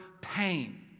pain